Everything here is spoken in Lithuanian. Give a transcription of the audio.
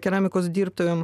keramikos dirbtuvėm